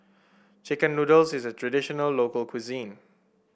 chicken noodles is a traditional local cuisine